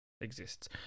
exists